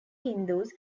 hindus